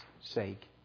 sake